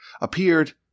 appeared